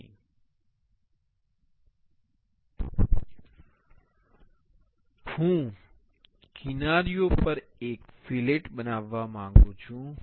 તેથી હું કિનારીઓ પર એક ફીલેટ બનાવવા માંગું છું